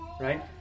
right